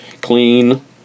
clean